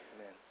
Amen